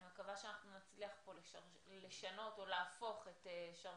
אז אני מקווה שאנחנו נצליח פה לשנות או להפוך את שרשרת